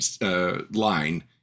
line